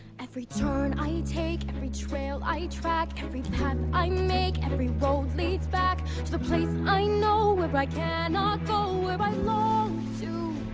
every turn i i take, every trail i track every path i make, every road leads back to the place i know where but i cannot go where i long to